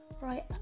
Right